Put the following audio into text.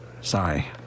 Sorry